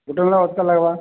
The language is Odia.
ଗୋଟେ ହେଲା ଅଧିକା ଲାଗ୍ବା